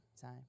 time